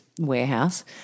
warehouse